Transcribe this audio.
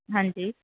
ਹਾਂਜੀ